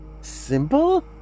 Simple